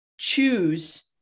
choose